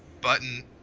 button –